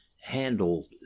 handled